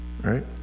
right